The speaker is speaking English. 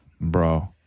Bro